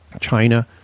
China